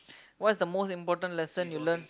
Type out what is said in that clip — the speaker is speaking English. what's the most important lesson you learn